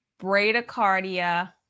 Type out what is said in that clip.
bradycardia